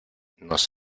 nos